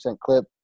clip